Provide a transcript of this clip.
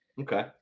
Okay